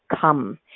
come